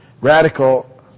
Radical